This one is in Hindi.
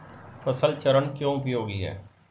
फसल चरण क्यों उपयोगी है?